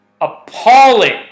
appalling